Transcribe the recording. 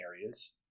areas